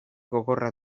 gogorra